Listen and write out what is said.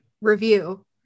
review